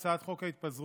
1. הצעת חוק התפזרות